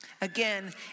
Again